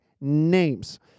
names